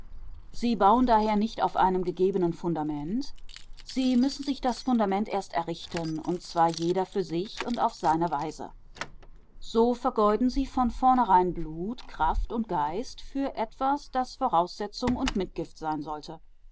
sie bauen daher nicht auf einem gegebenen fundament sie müssen sich das fundament erst errichten und zwar jeder für sich und auf seine weise so vergeuden sie von vornherein blut kraft und geist für etwas das voraussetzung und mitgift sein sollte